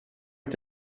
est